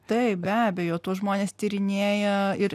taip be abejo tuos žmones tyrinėja ir